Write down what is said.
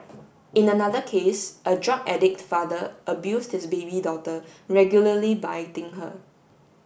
in another case a drug addict father abused his baby daughter regularly biting her